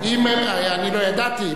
לא ידעתי.